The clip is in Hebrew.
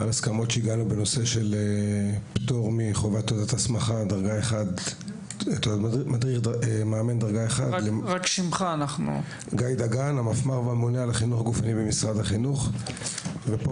על הסכמות שהגענו אליהן בנושא של פטור מחובת הסמכה דרגה 1. פה,